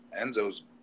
Enzo's